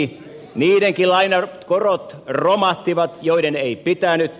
niidenkin maiden lainakorot romahtivat joiden ei pitänyt